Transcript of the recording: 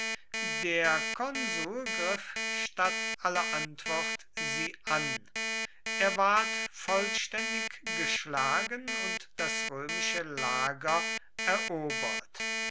der konsul griff statt aller antwort sie an er ward vollständig geschlagen und das römische lager erobert